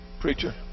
preacher